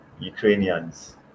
Ukrainians